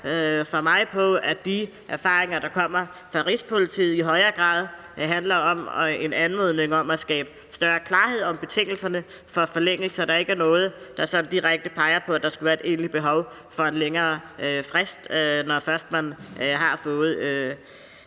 at se på, at de erfaringer, der kommer fra Rigspolitiet, i højere grad handler om en anmodning om at skabe større klarhed om betingelserne for forlængelse, og at der ikke er noget, der sådan direkte peger på, at der skulle være et egentligt behov for en længere frist, når først man har fået